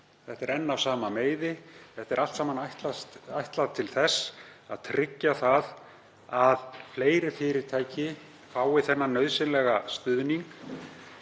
Þetta er enn af sama meiði. Þetta er allt saman ætlað til þess að tryggja að fleiri fyrirtæki fái þennan nauðsynlega stuðning.